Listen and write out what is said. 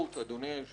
אדוני היושב-ראש,